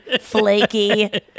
flaky